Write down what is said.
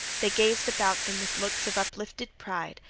they gazed about them with looks of uplifted pride,